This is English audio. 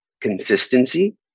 consistency